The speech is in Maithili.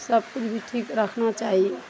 सब किछु भी ठीक रखना चाही